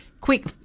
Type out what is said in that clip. quick